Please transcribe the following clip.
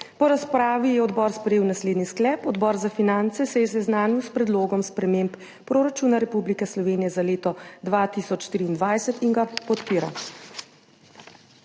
Po razpravi je odbor sprejel naslednji sklep: Odbor za finance se je seznanil s Predlogom sprememb proračuna Republike Slovenije za leto 2023 in ga podpira.